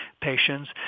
patients